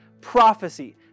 Prophecy